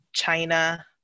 China